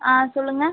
ஆ சொல்லுங்கள்